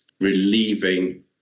relieving